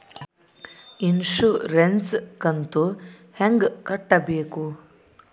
Insurance ಕಂತು ಹೆಂಗ ಕಟ್ಟಬೇಕು?